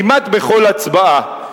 כמעט בכל הצבעה.